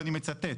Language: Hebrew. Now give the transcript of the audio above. ואני מצטט,